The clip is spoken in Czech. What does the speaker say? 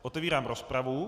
Otevírám rozpravu.